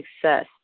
success